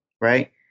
right